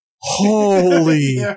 Holy